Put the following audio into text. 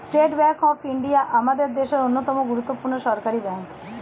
state Bank of India আমাদের দেশের অন্যতম গুরুত্বপূর্ণ সরকারি ব্যাঙ্ক